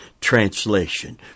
translation